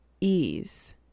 ease